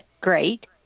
great